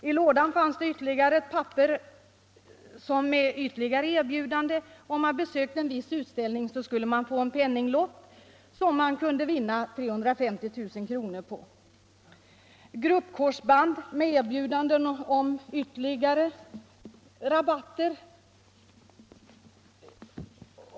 I lådan finns ett papper med ytterligare erbjudande: om man besöker en viss utställning får man en penninglott som man kan vinna 350 000 kronor på. Dessutom har det till mig kommit gruppkorsband med erbjudande om ytterligare rabatter.